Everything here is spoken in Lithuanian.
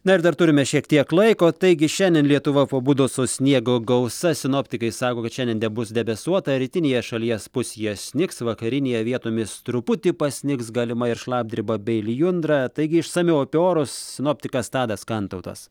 na ir dar turime šiek tiek laiko taigi šiandien lietuva pabudo su sniego gausa sinoptikai sako kad šiandien debus debesuota rytinėje šalies pusėje snigs vakarinėje vietomis truputį pasnigs galima ir šlapdriba bei lijundra taigi išsamiau apie orus sinoptikas tadas kantautas